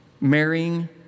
marrying